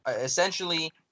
essentially